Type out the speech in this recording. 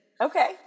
Okay